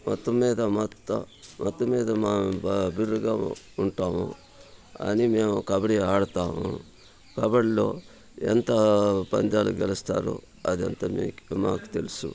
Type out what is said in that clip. మొత్తం మీద మొత్త మొత్తం మీద మ బాగా బిర్రుగా ఉంటాము అని మేము కబడ్డీ ఆడతాము కబడ్డీలో ఎంత పంద్యాలు గెలుస్తారో అది అంత మీకి మాకు తెలుసు